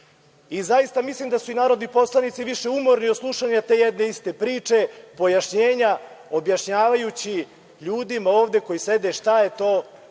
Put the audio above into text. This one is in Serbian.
80%.Zaista mislim da su i narodni poslanici više umorni od slušanja te jedne iste priče, pojašnjenja, objašnjavajući ljudima ovde koji sede šta je to